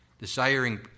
desiring